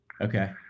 Okay